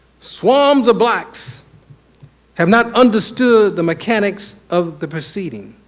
swarms of blacks have not understood the mechanics of the proceeding.